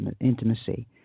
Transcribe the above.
intimacy